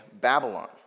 Babylon